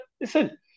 Listen